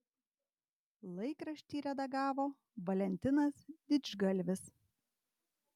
laikraštį redagavo valentinas didžgalvis